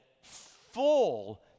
full